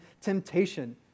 temptation